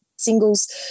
singles